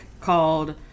called